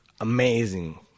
amazing